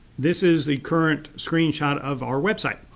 this is the current screen shot of our website,